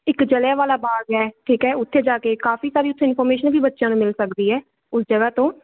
ਇੱਕ ਜਲਿਆਂ ਵਾਲਾ ਬਾਗ ਹੈ ਠੀਕ ਹੈ ਉੱਥੇ ਜਾ ਕੇ ਕਾਫੀ ਸਾਰੀ ਉੱਥੇ ਇਨਫੋਰਮੇਸ਼ਨ ਵੀ ਬੱਚਿਆਂ ਨੂੰ ਮਿਲ ਸਕਦੀ ਹੈ ਉਸ ਜਗ੍ਹਾ ਤੋਂ